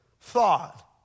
thought